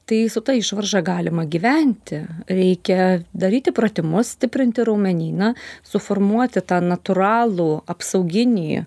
tai su ta išvarža galima gyventi reikia daryti pratimus stiprinti raumenyną suformuoti tą natūralų apsauginį